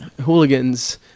hooligans